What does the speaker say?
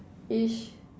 ish